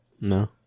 No